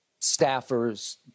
staffers